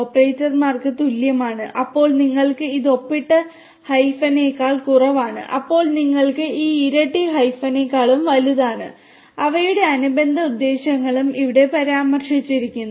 ഓപ്പറേറ്റർമാർക്ക് തുല്യമാണ് അപ്പോൾ നിങ്ങൾക്ക് ഇത് ഒപ്പിട്ട ഹൈഫനേക്കാൾ കുറവാണ് അപ്പോൾ നിങ്ങൾക്ക് ഈ ഇരട്ടി ഹൈഫനേക്കാളും വലുതാണ് അവയുടെ അനുബന്ധ ഉദ്ദേശ്യങ്ങളും ഇവിടെ പരാമർശിച്ചിരിക്കുന്നു